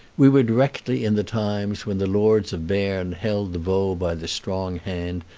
we were directly in the times when the lords of berne held the vaud by the strong hand,